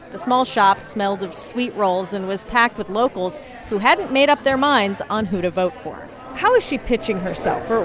the small shop smelled of sweet rolls and was packed with locals who hadn't made up their minds on who to vote for how is she pitching herself?